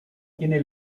tiene